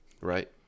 Right